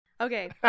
okay